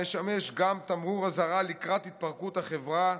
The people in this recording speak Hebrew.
המשמש גם תמרור אזהרה לקראת התפרקות החברה,